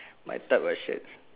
my type of shirt